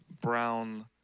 brown